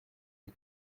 vue